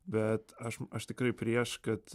bet aš aš tikrai prieš kad